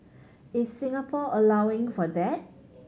is Singapore allowing for that